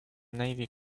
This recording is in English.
navy